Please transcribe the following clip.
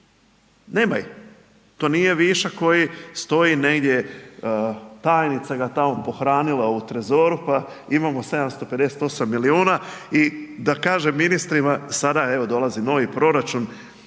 Nema ih, to nije višak koji stoji negdje, tajnica ga tamo pohranila u trezoru pa imamo 758 milijuna. I da kažem ministrima, sada evo dolazi novi proračun,